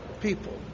people